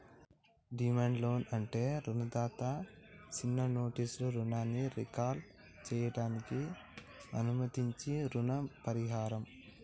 demand loan అంటే రుణదాత సిన్న నోటీసులో రుణాన్ని రీకాల్ సేయడానికి అనుమతించించీ రుణ పరిహారం